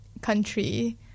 country